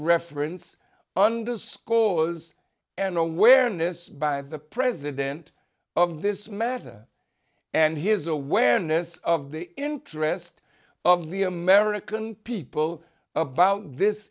reference underscores an awareness by the president of this matter and his awareness of the interest of the american people about this